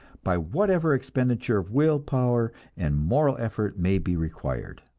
by whatever expenditure of will power and moral effort may be required.